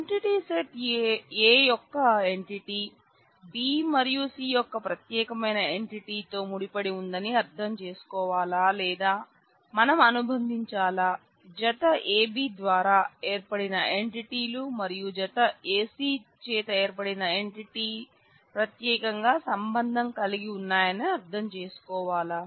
entity set A యొక్క entity B మరియు C యొక్క ప్రత్యేకమైన ఎంటిటీతో ముడిపడి ఉందని అర్థం చేసుకోవాలా లేదా మనం అనుబంధించాలా జత A B ద్వారా ఏర్పడిన ఎంటిటీలు మరియు జత A C చేత ఏర్పడిన ఎంటిటీ ప్రత్యేకంగా సంబంధం కలిగి ఉన్నాయని అర్థం చేసుకోవాలా